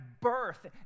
birth